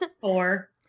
Four